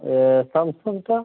Samsung ଟା